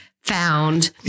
found